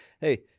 Hey